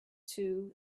two